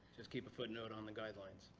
just keep a footnote on the guidelines.